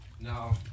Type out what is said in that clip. No